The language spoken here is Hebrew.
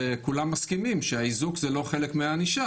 וכולם מסכימים שהאיזוק זה לא חלק מהענישה.